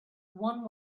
one